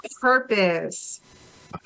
purpose